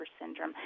syndrome